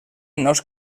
nos